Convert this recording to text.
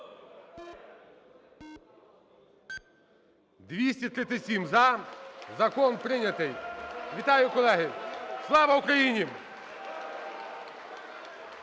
За-237 Закон прийнятий. Вітаю, колеги. Слава Україні!